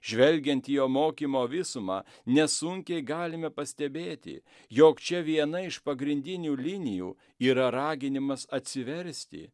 žvelgiant į jo mokymo visumą nesunkiai galime pastebėti jog čia viena iš pagrindinių linijų yra raginimas atsiversti